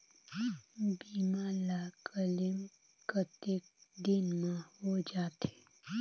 बीमा ला क्लेम कतेक दिन मां हों जाथे?